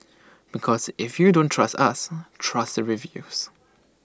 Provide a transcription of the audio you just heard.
because if you don't trust us trust the reviews